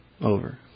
over